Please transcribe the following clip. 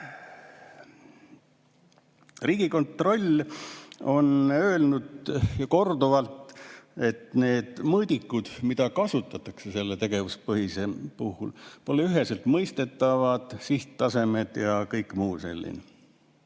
Riigikontroll on korduvalt öelnud, et need mõõdikud, mida kasutatakse selle tegevuspõhisuse puhul, pole üheselt mõistetavad, sihttasemed ja kõik muu selline.